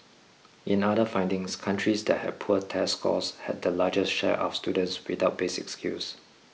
in other findings countries that had poor test scores had the largest share of students without basic skills